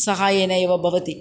सहाय्येन एव भवति